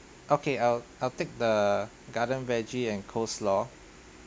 okay I'll I'll take the garden veggie and coleslaw